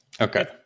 Okay